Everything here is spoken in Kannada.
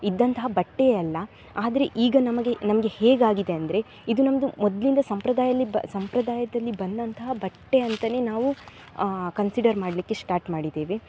ಇದ್ದಂತಹ ಬಟ್ಟೆಯೇ ಅಲ್ಲ ಆದರೆ ಈಗ ನಮಗೆ ನಮಗೆ ಹೇಗಾಗಿದೆ ಅಂದರೆ ಇದು ನಮ್ಮದು ಮೊದಲಿಂದ ಸಂಪ್ರದಾಯದಲ್ಲಿ ಬ ಸಂಪ್ರದಾಯದಲ್ಲಿ ಬಂದಂತಹ ಬಟ್ಟೆ ಅಂತಲೇ ನಾವು ಕನ್ಸಿಡರ್ ಮಾಡಲಿಕ್ಕೆ ಸ್ಟಾಟ್ ಮಾಡಿದ್ದೇವೆ